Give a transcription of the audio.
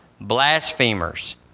blasphemers